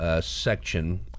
section